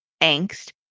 angst